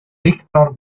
victor